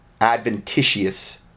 adventitious